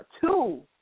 two